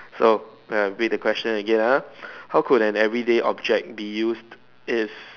so I read the question again ah how could an everyday object be used if